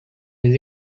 les